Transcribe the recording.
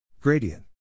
Gradient